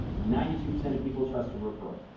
ninety-two percent of people trust a referral.